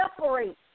separate